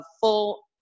full